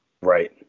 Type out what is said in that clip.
Right